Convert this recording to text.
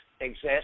exist